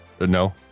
No